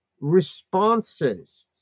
responses